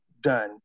done